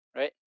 right